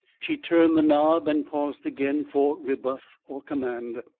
she turned the knob and paused again for rebuff or command.